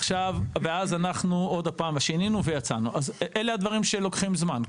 ואז אנחנו שינינו ויצאנו; אלה הדברים שלוקחים זמן.